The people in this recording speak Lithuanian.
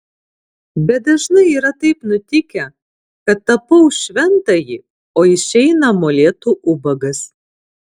bet dažnai yra taip nutikę kad tapau šventąjį o išeina molėtų ubagas